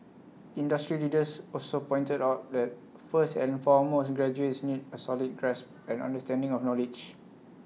industry leaders also pointed out that first and foremost graduates need A solid grasp and understanding of knowledge